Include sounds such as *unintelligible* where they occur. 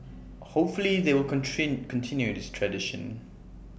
hopefully they will *unintelligible* continue this tradition